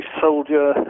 soldier